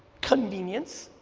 convenience.